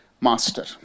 master